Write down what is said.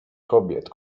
kobiet